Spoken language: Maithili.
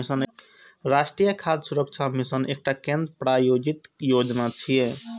राष्ट्रीय खाद्य सुरक्षा मिशन एकटा केंद्र प्रायोजित योजना छियै